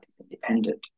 independent